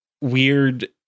weird